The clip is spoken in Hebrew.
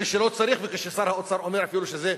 כשלא צריך וכששר האוצר אומר אפילו שזה,